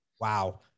Wow